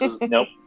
Nope